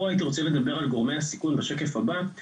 פה הייתי רוצה לדבר על גורמי הסיכון, שבעצם